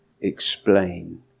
explain